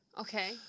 Okay